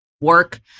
work